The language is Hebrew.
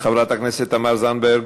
חברת הכנסת תמר זנדברג,